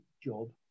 job